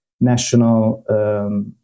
national